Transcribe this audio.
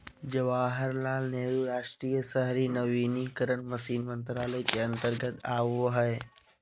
जवाहरलाल नेहरू राष्ट्रीय शहरी नवीनीकरण मिशन मंत्रालय के अंतर्गत आवो हय